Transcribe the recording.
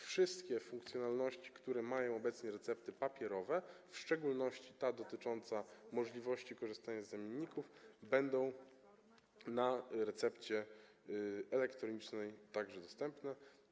Wszystkie funkcjonalności, które mają obecnie recepty papierowe, w szczególności ta dotycząca możliwości korzystania z zamienników, będą w przypadku recepty elektronicznej także dostępne.